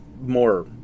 more